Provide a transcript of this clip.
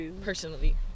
personally